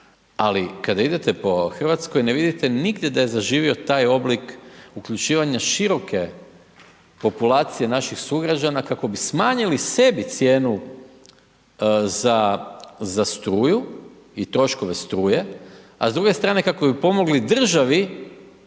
ali kada idete po Hrvatskoj, ne vidite nigdje da je zaživio taj oblik uključivanja široke populacije naših sugrađana, kako bi smanjili sebi cijenu za struju i troškove struje, a s druge strane kako bi pomogli državi